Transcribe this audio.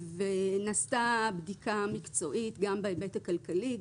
נעשתה בדיקה מקצועית גם בהיבט הכלכלי,